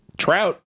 Trout